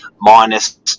minus